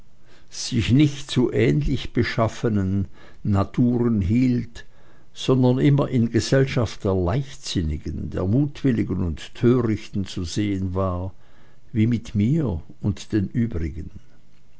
sich nicht zu ähnlich beschaffenen naturen hielt sondern immer in gesellschaft der leichtsinnigen der mutwilligen und törichten zu sehen war wie mit mir und den übrigen